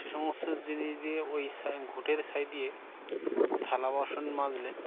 সে সমস্ত জিনিস দিয়ে ওই ঘুঁটের ছাই দিয়ে থালা বাসন মাজলে